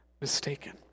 mistaken